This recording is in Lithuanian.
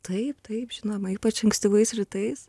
taip taip žinoma ypač ankstyvais rytais